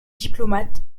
diplomate